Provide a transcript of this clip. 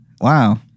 Wow